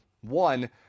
One